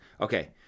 Okay